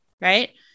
right